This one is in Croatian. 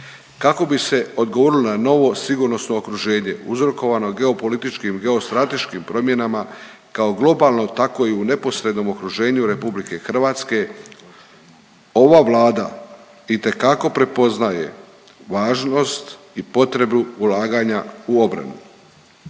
Kako bi se odgovorilo na novo sigurnosno okruženje uzrokovano geopolitičkim, geostrateškim promjenama kao globalno, tako i u neposrednom okruženju Republike Hrvatske ova Vlada itekako prepoznaje važnost i potrebu ulaganja u obranu.